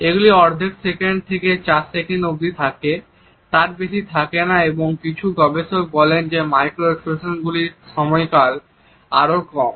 এগুলি অর্ধেক সেকেন্ড থেকে 4 সেকেন্ড অবধি থাকে তার বেশি থাকে না এবং কিছু গবেষক বলেন যে মাইক্রো এক্সপ্রেশনগুলির সময়কাল আরও কম